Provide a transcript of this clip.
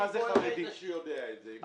לא היית יודע את זה.